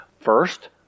First